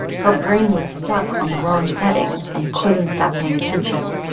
her brain was stuck on the wrong setting and couldn't stop paying attention.